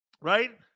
Right